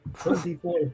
Twenty-four